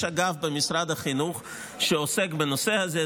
יש אגף במשרד החינוך שעוסק בנושא הזה,